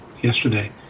yesterday